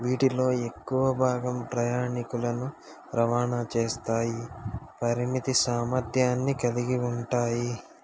వీటిలో ఎక్కువ భాగం ప్రయాణీకులను రవాణా చేస్తాయి పరిమిత సామర్థ్యాన్ని కలిగి ఉంటాయి